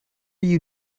you